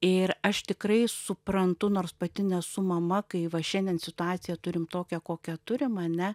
ir aš tikrai suprantu nors pati nesu mama kai va šiandien situaciją turim tokią kokią turim ane